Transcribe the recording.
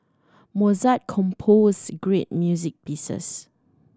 Mozart composed great music pieces